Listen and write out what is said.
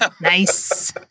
Nice